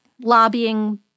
lobbying